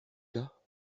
cas